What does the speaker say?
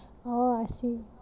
orh I see